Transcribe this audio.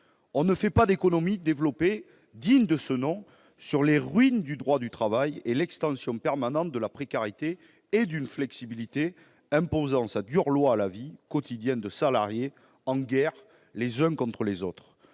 On ne construit pas une économie développée digne de ce nom sur les ruines du droit du travail et l'extension permanente de la précarité et de la flexibilité, qui imposent au quotidien leur dure loi à des salariés en guerre les uns contre les autres.